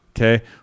Okay